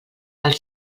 als